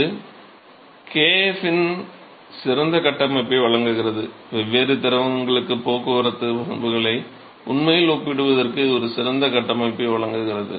இது kf யின் சிறந்த கட்டமைப்பை வழங்குகிறது வெவ்வேறு திரவங்களுக்கான போக்குவரத்து பண்புகளை உண்மையில் ஒப்பிடுவதற்கு இது ஒரு சிறந்த கட்டமைப்பை வழங்குகிறது